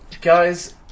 Guys